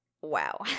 Wow